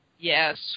Yes